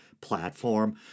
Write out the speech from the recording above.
platform